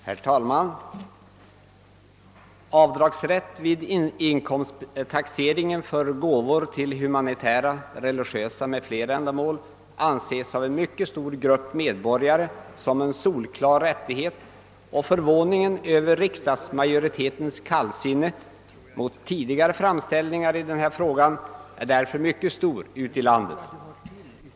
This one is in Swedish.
Herr talman! Avdragsrätt vid inkomsttaxeringen för gåvor till humanitära, religiösa m.fl. ändamål anses av en mycket stor grupp medborgare som en solklar rättighet, och förvåningen över riksdagsmajoritetens kallsinne mot tidigare framställningar i den här frågan är därför mycket stor ute i landet.